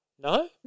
No